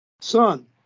son